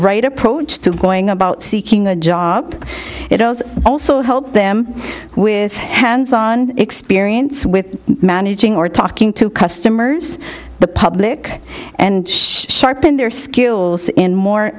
right approach to going about seeking a job it does also help them with hands on experience with managing or talking to customers the public and sharpen their skills in more